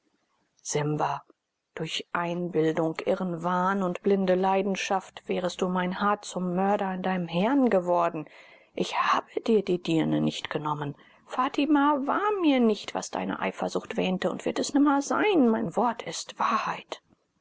simba durch einbildung irren wahn und blinde leidenschaft wärest du um ein haar zum mörder an deinem herrn geworden ich habe dir die dirne nicht genommen fatima war mir nicht was deine eifersucht wähnte und wird es nimmer sein mein wort ist wahrheit